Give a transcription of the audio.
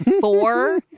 four